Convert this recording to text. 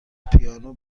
پیانو